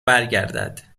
برگردد